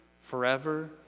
forever